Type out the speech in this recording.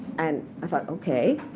and i thought, ok.